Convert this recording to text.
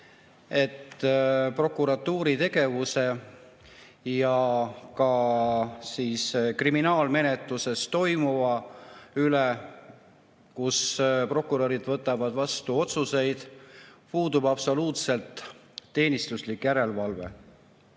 et prokuratuuri tegevuse ja ka kriminaalmenetluses toimuva üle, kus prokurörid võtavad vastu otsuseid, puudub absoluutselt teenistuslik järelevalve.